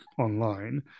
online